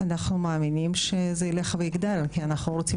אנחנו מאמינים שזה ילך ויגדל כי אנחנו רוצים